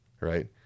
right